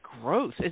growth